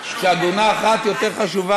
יש דברים יותר חשובים